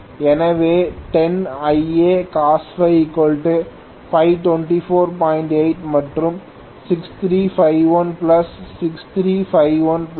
எனவே 10IacosΦ 524